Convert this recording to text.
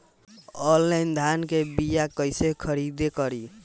Online धान के बीया कइसे खरीद करी?